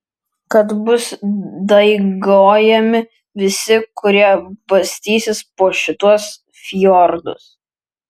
kad bus daigojami visi kurie bastysis po šituos fjordus